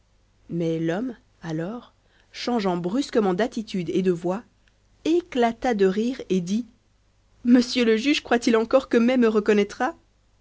mais l'homme alors changeant brusquement d'attitude et de voix éclata de rire et dit monsieur le juge croit-il encore que mai me reconnaîtra